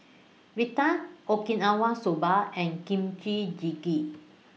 Raita Okinawa Soba and Kimchi Jjigae